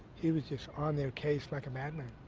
he was just on their case like a madman.